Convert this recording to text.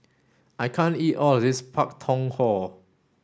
I can't eat all of this Pak Thong Ko